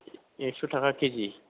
एक्स' थाखा केजि